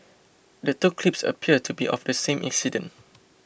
the two clips appear to be of the same incident